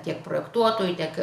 tiek projektuotojų tiek